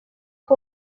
que